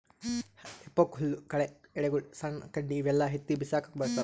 ಹೆಫೋಕ್ ಹುಲ್ಲ್ ಕಳಿ ಎಲಿಗೊಳು ಸಣ್ಣ್ ಕಡ್ಡಿ ಇವೆಲ್ಲಾ ಎತ್ತಿ ಬಿಸಾಕಕ್ಕ್ ಬಳಸ್ತಾರ್